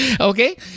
Okay